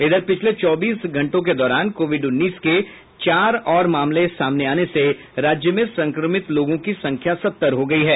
इधर पिछले चौबीस घंटों के दौरान कोविड उन्नीस के चार और मामले आने से राज्य में संक्रमित लोगों की संख्या सत्तर हो गई है